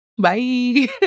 Bye